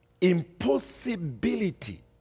impossibility